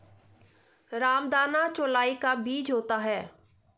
रामदाना चौलाई का बीज होता है